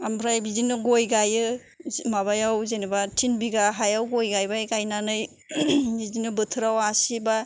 ओमफ्राय बिदिनो गय गायो माबायाव जेनोबा तिन बिगा हायाव गय गायबाय गायनानै बिदिनो बोथोराव आसि बा